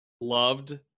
loved